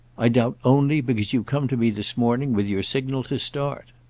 i doubt only because you come to me this morning with your signal to start.